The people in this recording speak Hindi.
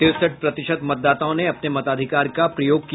तिरसठ प्रतिशत मतदाताओं ने अपने मताधिकार का प्रयोग किया